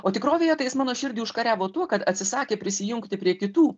o tikrovėje tai jis mano širdį užkariavo tuo kad atsisakė prisijungti prie kitų